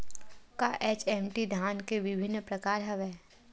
का एच.एम.टी धान के विभिन्र प्रकार हवय?